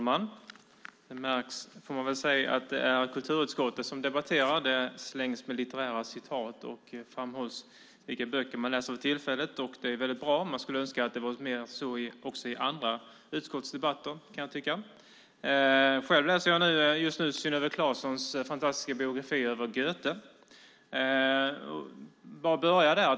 Herr talman! Det märks att det är kulturutskottet som debatterar. Det slängs med litterära citat och framhålls vilka böcker man läser för tillfället, och det är väldigt bra. Man skulle önska att det var mer så i andra utskottsdebatter. Själv läser jag nu Synnöve Clasons fantastiska bok om Goethe.